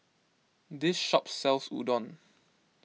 this shop sells Udon